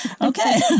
okay